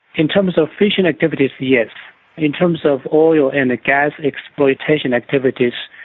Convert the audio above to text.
in terms of fishing activities, yes. in terms of oil and gas exploitation activities,